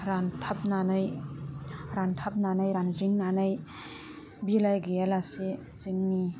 रानथाबनानै रानथाबनानै रानज्रिंनानै बिलाइ गैयालासे जोंनि